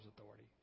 authority